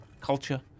culture